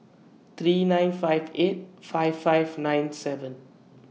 three nine five eight five five nine seven